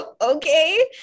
okay